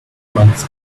months